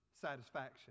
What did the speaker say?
satisfaction